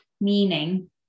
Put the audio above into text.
meaning